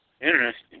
Interesting